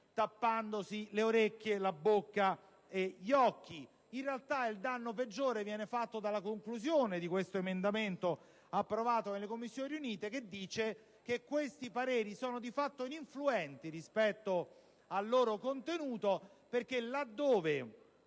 tappandosi le orecchie, la bocca e gli occhi. In realtà, il danno peggiore viene fatto dalla conclusione dell'emendamento approvato nelle Commissioni riunite che stabilisce che questi pareri sono di fatto ininfluenti rispetto al loro contenuto, perché laddove